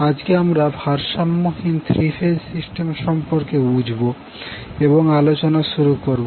আজকে আমরা ভারসাম্যহীন থ্রি ফেজ সিস্টেম সম্পর্কে বুঝবো এবং আলোচনা শুরু করব